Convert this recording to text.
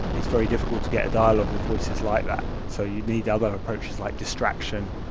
it's very difficult to get a dialogue with voices like that so you need other approaches like distraction,